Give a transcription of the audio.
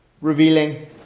revealing